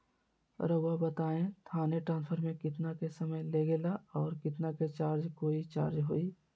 रहुआ बताएं थाने ट्रांसफर में कितना के समय लेगेला और कितना के चार्ज कोई चार्ज होई?